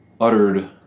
uttered